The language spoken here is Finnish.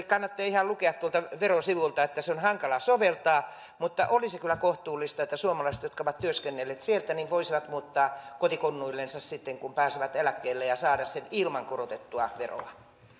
kannattaa ihan lukea tuolta veron sivuilta niin että sitä on hankala soveltaa olisi kyllä kohtuullista että suomalaiset jotka ovat työskennelleet siellä voisivat muuttaa kotikonnuillensa sitten kun pääsevät eläkkeelle ja saada eläkkeensä ilman korotettua veroa